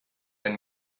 ein